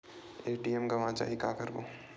ATM गवां जाहि का करबो?